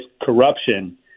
corruption